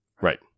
right